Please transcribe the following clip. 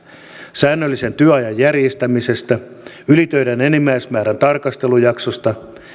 säännöllisen työajan järjestämisestä ylitöiden enimmäismäärän tarkastelujaksosta